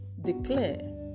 declare